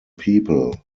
people